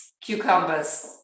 cucumbers